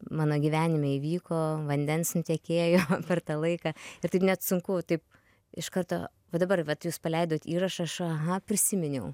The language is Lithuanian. mano gyvenime įvyko vandens nutekėjo per tą laiką ir taip net sunku taip iš karto va dabar vat jūs paleidot įrašą aš aha prisiminiau